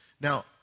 Now